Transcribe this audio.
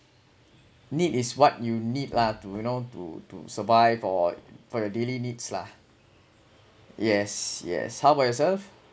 need is what you need lah to you know to to survive or for your daily needs lah yes yes how about yourself